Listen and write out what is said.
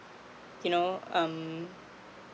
you know um